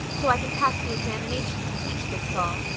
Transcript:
so i can pass the examinations, and teach this fall.